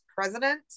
president